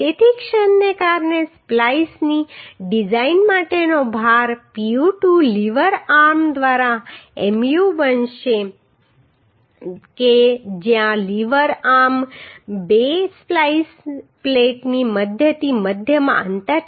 તેથી ક્ષણને કારણે સ્પ્લાઈસની ડિઝાઇન માટેનો ભાર Pu2 લીવર આર્મ દ્વારા Mu બનશે જ્યાં લીવર આર્મ બે સ્પ્લાઈસ પ્લેટની મધ્યથી મધ્યમાં અંતર છે